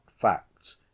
facts